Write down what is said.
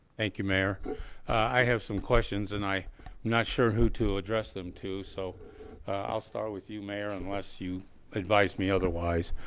thank you mayor i have some questions and i am not sure who to address them to so i'll start with you mayor unless you advise me otherwise